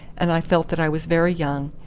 and i felt that i was very young,